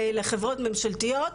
לחברות ממשלתיות,